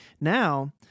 Now